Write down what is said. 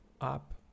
up